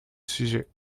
sujet